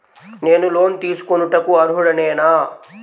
నేను లోన్ తీసుకొనుటకు అర్హుడనేన?